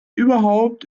überhaupt